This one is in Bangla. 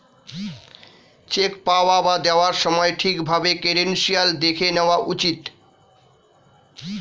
চেক পাওয়া বা দেওয়ার সময় ঠিক ভাবে ক্রেডেনশিয়াল্স দেখে নেওয়া উচিত